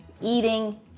eating